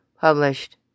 Published